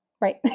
Right